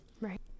Right